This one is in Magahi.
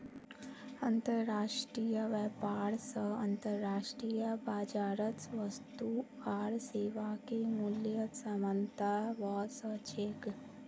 अंतर्राष्ट्रीय व्यापार स अंतर्राष्ट्रीय बाजारत वस्तु आर सेवाके मूल्यत समानता व स छेक